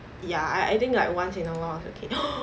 ya I I think like once in a while is okay